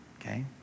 okay